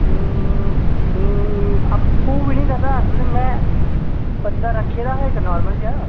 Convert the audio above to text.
आपूं बी निं करदा इस लेई में बंदा रक्खे दा हा इक नार्मल जेहा